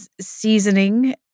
seasoning